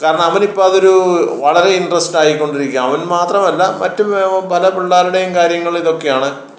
കാരണം അവന് ഇപ്പം അതൊരു വളരെ ഇൻട്രെസ്റ്റായി കൊണ്ടിരിക്കുകയാണ് അവൻ മാത്രം അല്ല മറ്റ് പല പിള്ളേരുടെയും കാര്യങ്ങൾ ഇതൊക്കെയാണ്